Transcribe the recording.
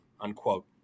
unquote